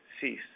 cease